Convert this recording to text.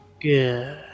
good